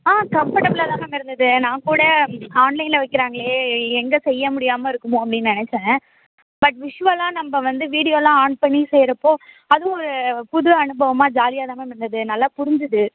ஆ கம்ஃபர்டபிளாக தான் மேம் இருந்தது நான் கூட ஆன்லைனில் வைக்கிறாங்களே எங்கே செய்ய முடியாம இருக்குமோ அப்டின்னு நினச்சேன் பட் விஷுவலாக நம்ம வந்து வீடியோயெல்லாம் ஆன் பண்ணி செய்யறப்போ அதுவும் ஒரு புது அனுபவமாக ஜாலியாக தான் மேம் இருந்தது நல்லா புரிஞ்சுது